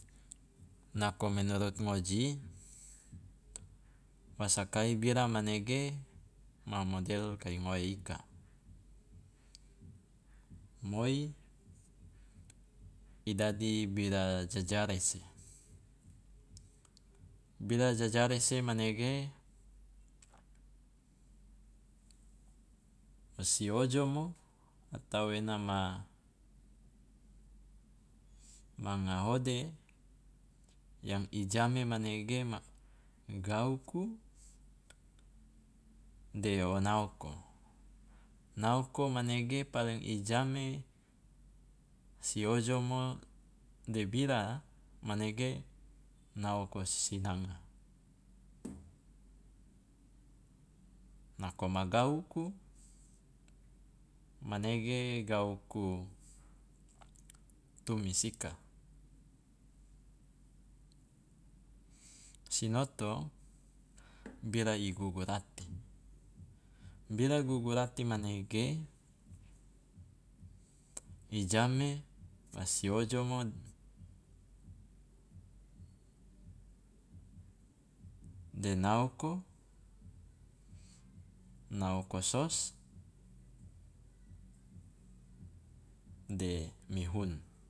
Nako menurut ngoji wa sakai bira manege ma model kai ngoe ika, moi i dadi bira jajarese, bira jajarese manege wo si ojomo atau ena ma- manga hode yang paling i jame manege ma gauku de o naoko, naoko manege paling i jame si ojomo de bira manege naoko sisinanga nako ma gauku manege gauku tumis ika. Sinoto, bira i gugurati, bira gugurati manege i jame fa si ojomo de naoko, naoko sos de mi hun